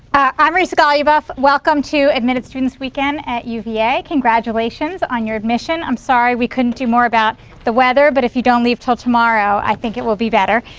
i'm risa goluboff, welcome to admitted students weekend at uva. congratulations on your admission. i'm sorry we couldn't do more about the weather but if you don't leave till tomorrow i think it will be better.